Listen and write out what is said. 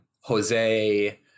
Jose